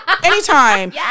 Anytime